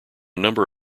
number